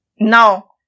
Now